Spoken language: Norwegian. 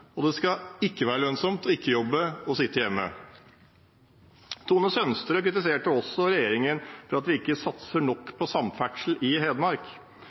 og det skal ikke være lønnsomt å ikke jobbe – å sitte hjemme. Tone Sønsterud kritiserte også regjeringen for at vi ikke satser nok på samferdsel i Hedmark.